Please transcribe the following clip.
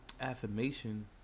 affirmation